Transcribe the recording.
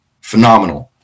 Phenomenal